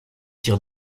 tirs